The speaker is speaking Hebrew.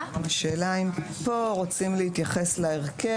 השאלה היא האם פה רוצים להתייחס להרכב ולתפקידי הוועדה.